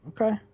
Okay